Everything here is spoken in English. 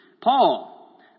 Paul